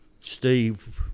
steve